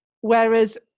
whereas